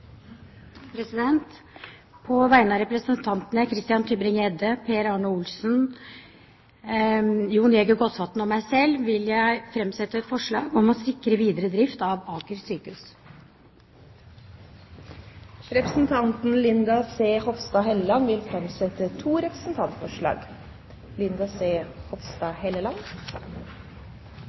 På vegne av representantene Christian Tybring-Gjedde, Per Arne Olsen, Jon Jæger Gåsvatn og meg selv vil jeg framsette et forslag om å sikre videre drift av Aker sykehus i Oslo. Representanten Linda C. Hofstad Helleland vil framsette to representantforslag.